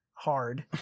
Hard